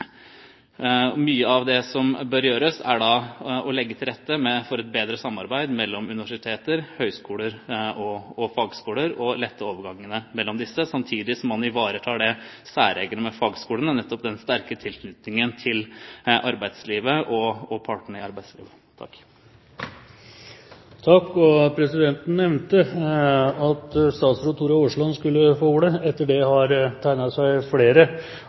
Mye av det som bør gjøres, er da å legge til rette for et bedre samarbeid mellom universiteter, høyskoler og fagskoler og lette overgangene mellom disse, samtidig som man ivaretar det særegne med fagskolene, nettopp den sterke tilknytningen til arbeidslivet og partene i arbeidslivet. Presidenten nevnte at statsråd Tora Aasland skulle få ordet. Etter det har det tegnet seg flere,